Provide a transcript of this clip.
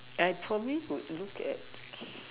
for me would look at